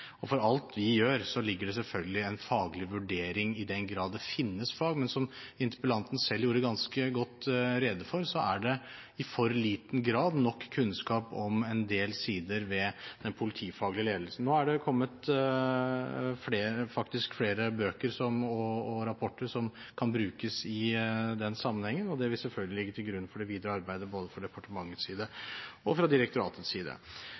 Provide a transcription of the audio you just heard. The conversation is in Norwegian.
alt de gjør, ligger det selvfølgelig en faglig vurdering i den grad det finnes fag, men som interpellanten selv gjorde ganske godt rede for, er det i for liten grad nok kunnskap om en del sider ved den politifaglige ledelsen. Nå er det kommet flere bøker og rapporter som kan brukes i den sammenhengen, og det vil selvfølgelig ligge til grunn for det videre arbeidet både fra departementets side og fra direktoratets side.